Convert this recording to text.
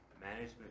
management